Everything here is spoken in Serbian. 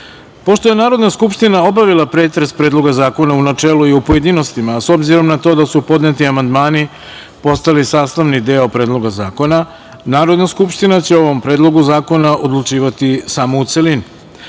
PISMAPošto je Narodna skupština obavila pretres Predloga zakona u načelu i u pojedinostima, a s obzirom na to da su podneti amandmani postali sastavni deo Predloga zakona, Narodna skupština će o ovom Predlogu zakona odlučivati samo